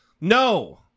no